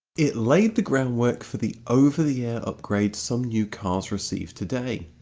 it laid the groundwork for the over-the-air upgrades some new cars receive today.